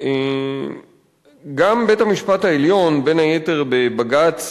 גם בית-המשפט העליון, בין היתר בבג"ץ